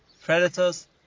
predators